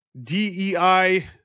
DEI